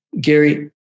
Gary